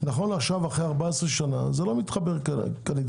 נכון לעכשיו אחרי 14 שנה זה לא מתחבר כנדרש.